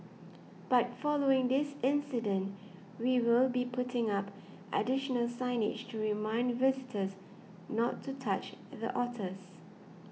but following this incident we will be putting up additional signage to remind visitors not to touch the otters